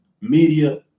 media